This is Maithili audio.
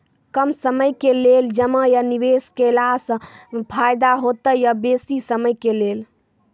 कम समय के लेल जमा या निवेश केलासॅ फायदा हेते या बेसी समय के लेल?